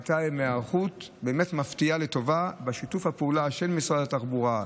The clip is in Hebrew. הייתה מפתיעה לטובה בשיתוף הפעולה של משרד התחבורה,